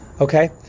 Okay